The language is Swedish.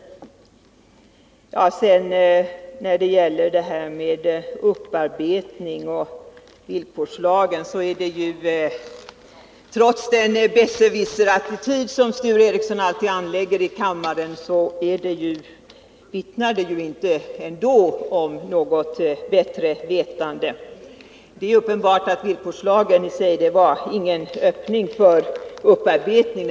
När det sedan gäller upparbetningen och villkorslagen vittnar den besserwisser-attityd Sture Ericson alltid anlägger i kammaren dock inte om något bättre vetande. Villkorslagen i sig var ingen öppning för upparbetning, det är uppenbart.